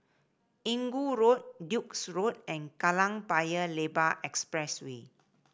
Inggu Road Duke's Road and Kallang Paya Lebar Expressway